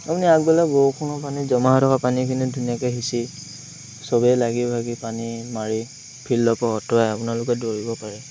আপুনি আগবেলা বৰষুণৰ পানী জমা থকা পানীখিনি ধুনীয়াকে সিঁচি চবেই লাগি ভাগি পানী মাৰি ফিল্ডৰপৰা আঁতৰাই আপোনালোকে দৌৰিব পাৰে